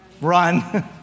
run